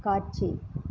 காட்சி